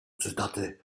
cytaty